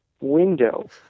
window